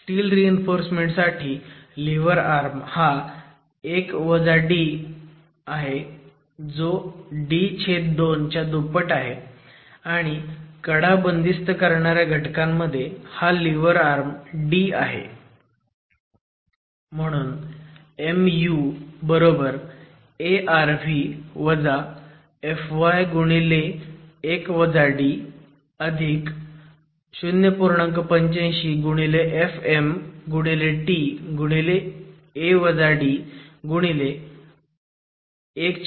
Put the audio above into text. steel reinforcement साठी lever arm हा 1 d जो d2 च्या दुप्पट आहे आणि कडा बंदिस्त करणाऱ्या घटकांमध्ये हा लिव्हर आर्म हा d आहे MuArv fy0